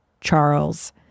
Charles